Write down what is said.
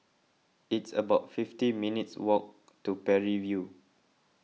it's about fifty minutes' walk to Parry View